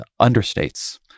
understates